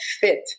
fit